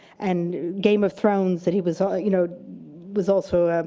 and game of thrones that he was ah you know was also